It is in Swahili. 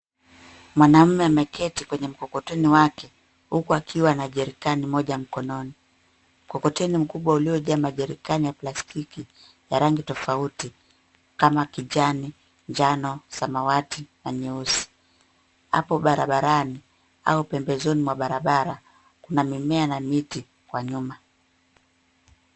Mwanamume ameketi kwenye mkokotoni wake, huku akiwa na jerikani moja mkononi. Mkokoteni mkubwa uliojaa majerikani ya plastiki, ya rangi tofauti kama kijani, njano, samawati, na nyeusi. Hapo barabarani, au pembezoni mwa barabara, kuna mimea na miti, kwa nyuma.